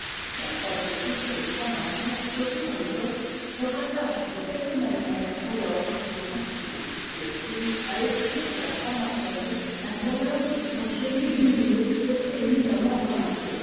on croit aussi que les francs-maçons surtout en écosse se rattachent de quelque manière à l'ordre des templiers lessing a écrit sur la franc-maçonnerie un dialogue où son génie lumineux se fait éminemment remarquer